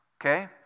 okay